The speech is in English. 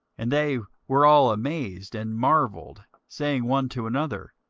and they were all amazed and marvelled, saying one to another,